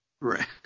Right